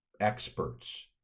experts